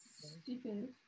Stupid